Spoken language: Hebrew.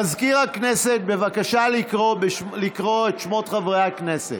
מזכיר הכנסת, בבקשה לקרוא בשמות חברי הכנסת.